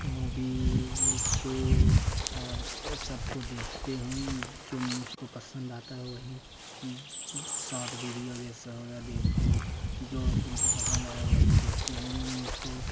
मुदी यूसू आर यह सबको देखते हैं जो मुझको पंसद आता है वही शॉर्ट बीडियो यह सब हो गया देखो जो तुमको पसंद आया वही देखते हैं मुझको